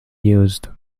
used